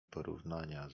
porównania